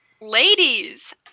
ladies